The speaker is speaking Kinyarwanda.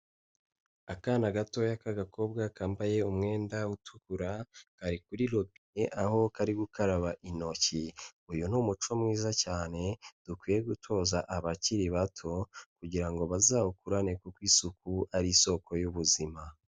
Akana gatoya k'agakobwa kambaye umwenda utukura, kari kuri robine aho kari gukaraba intoki, uyu ni umuco mwiza cyane dukwiye gutoza abakiri bato kugira ngo bazawukurane kuko isuku ari isoko y'ubuzima.